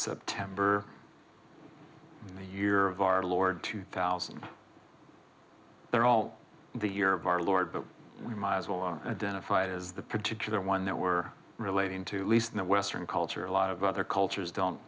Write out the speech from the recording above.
september the year of our lord two thousand and they're all the year of our lord but we might as well are identified as the particular one that were relating to least in the western culture a lot of other cultures don't